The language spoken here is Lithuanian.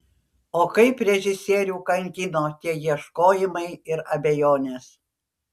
o kaip režisierių kankino tie ieškojimai ir abejonės